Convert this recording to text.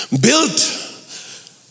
built